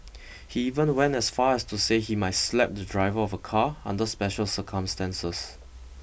he even went as far as to say he might slap the driver of a car under special circumstances